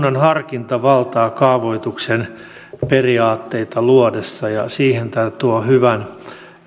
lisää kunnan harkintavaltaa kaavoituksen periaatteita luotaessa ja siihen tämä tuo hyvän